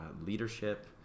leadership